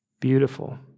beautiful